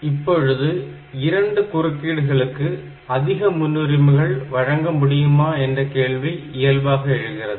இப்பொழுது இரண்டு குறுக்கீடுகளுக்கு அதிக முன்னுரிமைகள் வழங்க முடியுமா என்ற கேள்வி இயல்பாக எழுகிறது